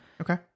Okay